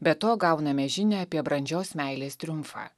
be to gauname žinią apie brandžios meilės triumfą